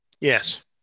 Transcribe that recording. Yes